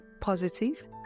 positive